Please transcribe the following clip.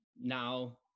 now